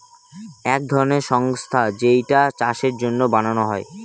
এক ধরনের সংস্থা যেইটা চাষের জন্য বানানো হয়